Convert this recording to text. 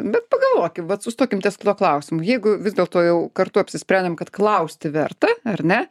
bet pagalvokim vat sustokim ties tuo klausimu jeigu vis dėlto jau kartu apsisprendėm kad klausti verta ar ne